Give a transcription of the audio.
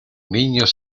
niños